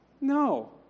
No